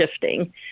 shifting